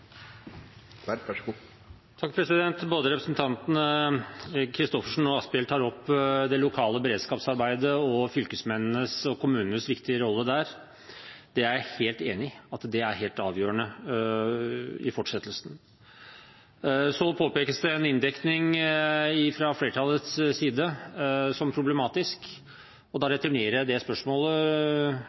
Både representanten Christoffersen og representanten Asphjell tar opp det lokale beredskapsarbeidet og fylkesmennenes og kommunenes viktige rolle der. Det er jeg helt enig i at er helt avgjørende i fortsettelsen. Så påpekes det en inndekning fra flertallets side som problematisk, og da returnerer jeg det spørsmålet